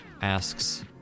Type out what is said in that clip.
asks